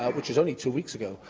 which is only two weeks ago,